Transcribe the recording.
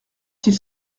s’il